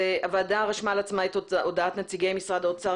הוועדה רשמה לעצמה את הודעת נציגי משרד האוצר